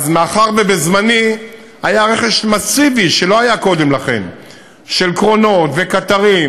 מאחר שבזמני היה רכש מסיבי שלא היה קודם לכן של קרונות וקטרים,